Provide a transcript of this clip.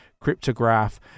cryptograph